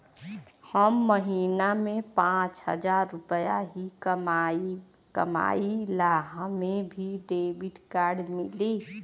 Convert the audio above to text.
हम महीना में पाँच हजार रुपया ही कमाई ला हमे भी डेबिट कार्ड मिली?